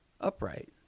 upright